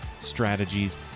strategies